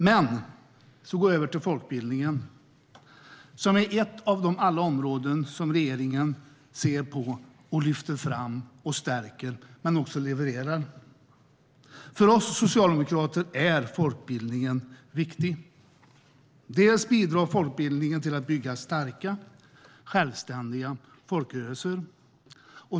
När det gäller folkbildningen är det ett av alla områden som regeringen lyfter fram och stärker och där man också levererar. För oss socialdemokrater är folkbildningen viktig. Den bidrar till att bygga starka, självständiga folkrörelser.